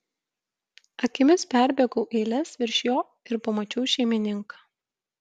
akimis perbėgau eiles virš jo ir pamačiau šeimininką